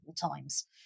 times